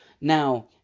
Now